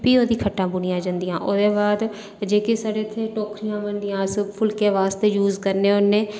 प्ही ओह्दी खट्टां बुनियां जंदियां प्ही ओह्दे बाद जेह्कियां साढ़े इत्थै टोकरियां बनदियां जेह्दे च अस फुल्कें आस्तै यूज़ करने होन्ने